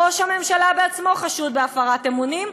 ראש הממשלה עצמו חשוד בהפרת אמונים,